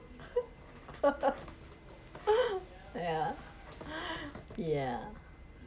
yeah yeah